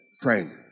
friend